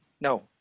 No